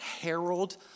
herald